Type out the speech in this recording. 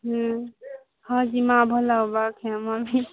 ହୁଁ ହଁ ଯିମା ଭଲ୍ ହେବ